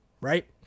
right